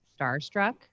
starstruck